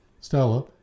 Stella